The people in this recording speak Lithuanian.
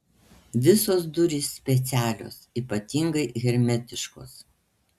visos durys specialios ypatingai hermetiškos